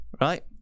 right